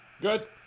good